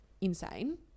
insane